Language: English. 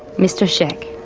mr scheck,